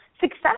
Success